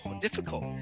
difficult